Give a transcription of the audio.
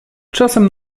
czasem